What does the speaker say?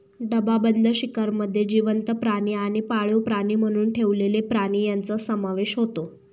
डबाबंद शिकारमध्ये जिवंत प्राणी आणि पाळीव प्राणी म्हणून ठेवलेले प्राणी यांचा समावेश होतो